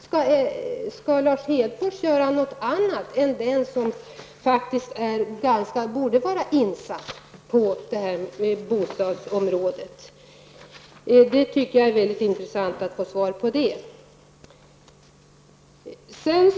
Skall Lars Hedfors göra något annat än den som borde vara insatt i bostadsfrågopr? Jag tycker att det vore intressant att få svar på den frågan.